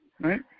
right